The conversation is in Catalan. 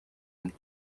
amb